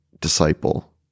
disciple